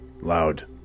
loud